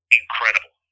incredible